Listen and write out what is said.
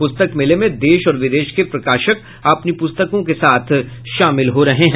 पुस्तक मेले में देश और विदेश के प्रकाशक अपनी पुस्तकों के साथ शामिल हो रहे हैं